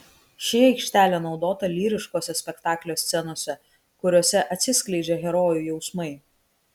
ši aikštelė naudota lyriškose spektaklio scenose kuriose atsiskleidžia herojų jausmai